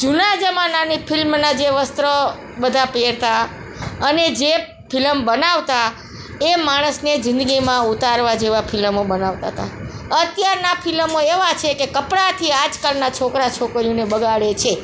જૂના જમાનાની ફિલ્મનાં જે વસ્ત્રો બધા પહેરતા અને જે ફિલમ બનાવતા એ માણસને જિંદગીમાં ઉતારવા જેવાં ફિલ્મો બનાવતા હતા અત્યારના ફિલ્મો એવા છે કે કપડાથી આજકાલનાં છોકરા છોકરીઓને બગાડે છે